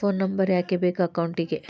Phone number ಯಾಕೆ ಬೇಕು ಅಕೌಂಟಿಗೆ?